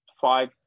five